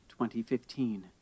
2015